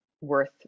worth